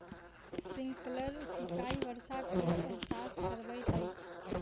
sprinkler सिचाई वर्षा के एहसास करबैत अछि